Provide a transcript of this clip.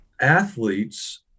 athletes